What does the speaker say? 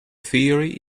theory